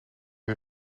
you